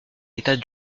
état